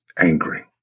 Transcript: angry